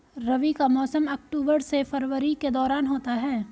रबी का मौसम अक्टूबर से फरवरी के दौरान होता है